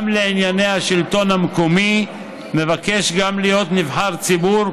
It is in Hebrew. לענייני השלטון המקומי מבקש להיות גם נבחר ציבור,